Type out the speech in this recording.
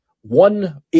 one